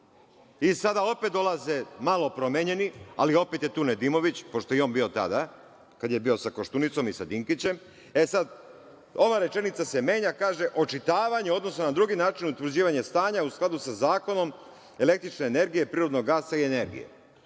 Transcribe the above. Sada opet dolaze, malo promenjeni, ali opet je tu Nedimović, pošto je i on bio tada kada je bio sa Koštunicom i sa Dinkićem, sada se ova rečenica menja i kaže – očitavanje, odnosno na drugi način utvrđivanje stanja u skladu sa zakonom električne energije, prirodnog gasa i energije.